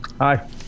Hi